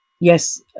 yes